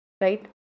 Right